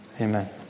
Amen